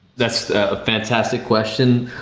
that's a fantastic question.